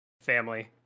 family